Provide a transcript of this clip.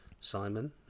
Simon